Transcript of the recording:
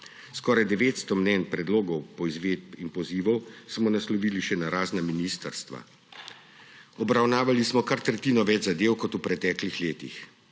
Skoraj 900 mnenj, predlogov, poizvedb in pozivov smo naslovili še na razna ministrstva. Obravnavali smo kar tretjino več zadev kot v preteklih letih,